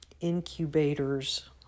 incubators